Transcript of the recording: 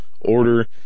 order